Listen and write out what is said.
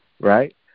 right